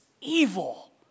evil